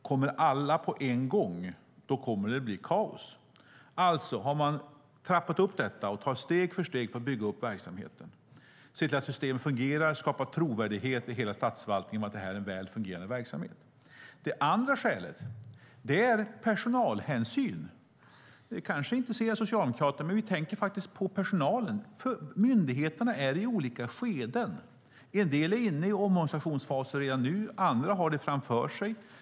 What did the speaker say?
Kommer alla på en gång blir det kaos. Man ska trappa upp detta och ta steg för steg för att bygga upp verksamheten, se till att systemen fungerar och skapa trovärdighet i hela statsförvaltningen för att det är en väl fungerande verksamhet. Det andra skälet är personalhänsyn. Det kanske intresserar Socialdemokraterna. Vi tänker faktiskt på personalen. Myndigheterna är i olika skeden. En del är inne i omorganisationsfaser redan nu. Andra har det framför sig.